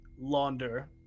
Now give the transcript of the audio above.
launder